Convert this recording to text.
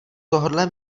tohohle